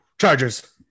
Chargers